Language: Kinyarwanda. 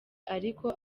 ariko